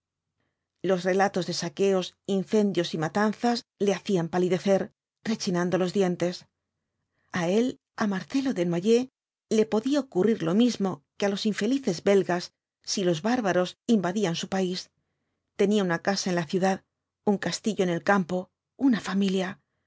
los relatos de saqueos incendios y matanzas le hacían palidecer rechinando los dientes a él á marcelo desnoyers le podía ocurrir lo mismo que á los infelices belgas si los bárbaros invadían su país tenía una casa en la ciudad un castillo en el campo una familia